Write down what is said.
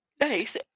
nice